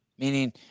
Meaning